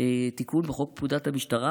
תיקון בחוק פקודת המשטרה,